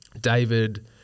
David